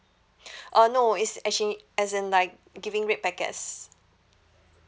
uh no it's actually as in like giving red packets